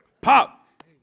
Pop